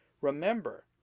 Remember